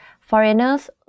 Foreigners